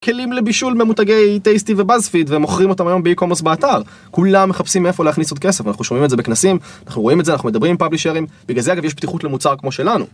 כלים לבישול ממותגי טייסטי ובאזפיד, ומוכרים אותם היום באיקומרס באתר. כולם מחפשים מאיפה להכניס עוד כסף, אנחנו שומעים את זה בכנסים, אנחנו רואים את זה, אנחנו מדברים עם פאבלישרים, בגלל זה אגב יש פתיחות למוצר כמו שלנו.